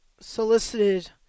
solicited